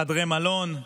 חדרי מלון.